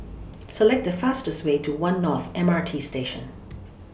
Select The fastest Way to one North M R T Station